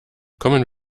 kommen